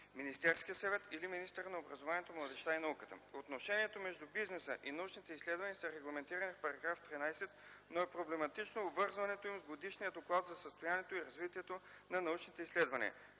Министерския съвет или министъра на образованието, младежта и науката. Отношението между бизнеса и научните изследвания са регламентирани в § 13, но е проблематично обвързването им с Годишния доклад за състоянието и развитието на научните изследвания.